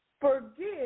Forgive